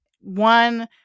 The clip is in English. One